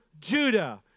Judah